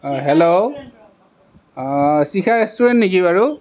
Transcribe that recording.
hello Shikha restaurant নেকি বাৰু